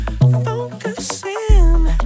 focusing